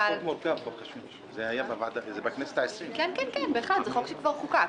זה חוק שכבר חוקק.